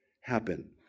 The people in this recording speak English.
happen